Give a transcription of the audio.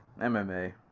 MMA